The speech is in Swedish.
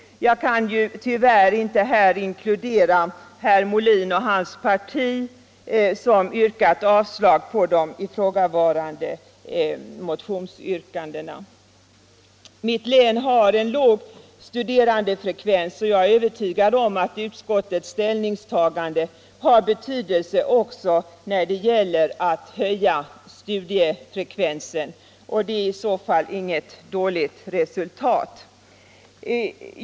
Jag kan tyvärr inte inkludera herr Molin och hans parti, som ju yrkat avslag på de ifrågavarande motionsyrkandena. Mitt län har en låg studerandefrekvens, och jag är övertygad om att utskottets ställningstagande har betydelse också när det gäller att höja studiefrekvensen. Det är i så fall inget dåligt resultat.